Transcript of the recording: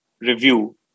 review